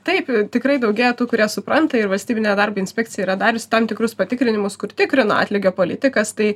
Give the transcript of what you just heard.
taip tikrai daugėja tų kurie supranta ir valstybinė darbo inspekcija yra dariusi tam tikrus patikrinimus kur tikrino atlygio politikas tai